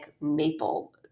maple